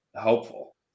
helpful